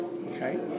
Okay